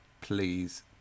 please